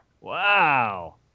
Wow